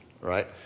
right